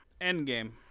Endgame